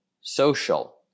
social